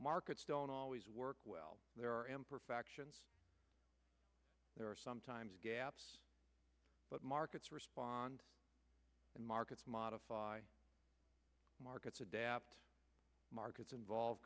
markets don't always work well there emperor factions there are sometimes gaps but markets respond and markets modify markets adapt markets involve